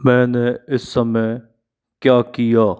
मैंने इस समय क्या किया